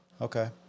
Okay